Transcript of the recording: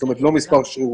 זאת אומרת לא מספר שרירותי,